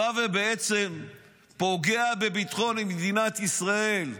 בא ובעצם פוגע בביטחון מדינת ישראל,